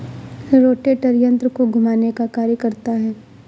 rotator यन्त्र को घुमाने का कार्य करता है